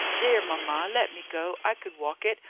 dear mamma, let me go! i could walk it,